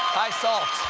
high salt.